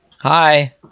Hi